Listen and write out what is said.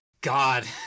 god